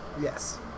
Yes